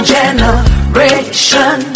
generation